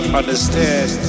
understand